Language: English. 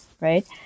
right